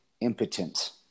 impotent